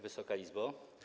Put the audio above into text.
Wysoka Izbo!